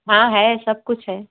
हाँ है सब कुछ है